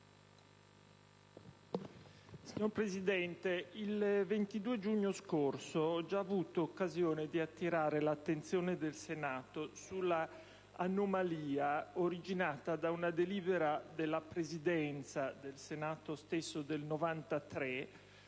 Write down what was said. Signora Presidente, il 22 giugno scorso ho già avuto occasione di attirare l'attenzione del Senato sulla anomalia originata da una delibera della Presidenza del Senato stesso del 1993